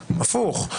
לא, הפוך.